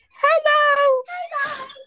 Hello